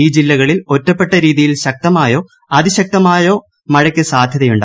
ഈ ജില്ലകളിൽ ഒറ്റപ്പെട്ട രീതിയിൽ ശുക്തമോ അതിശക്തമോ ആയ മഴയ്ക്ക് സാധ്യതയുണ്ട്